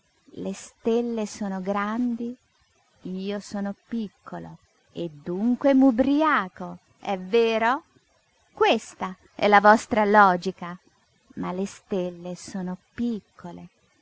le stelle sono grandi io sono piccolo e dunque m'ubriaco è vero questa è la vostra logica ma le stelle sono piccole